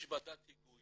יש ועדת היגוי